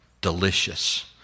delicious